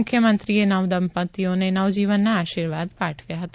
મુખ્યમંત્રીએ નવદંપત્તિઓને નવજીવનના આશિર્વાદ પાઠવ્યા હતા